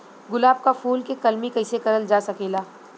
गुलाब क फूल के कलमी कैसे करल जा सकेला?